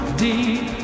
deep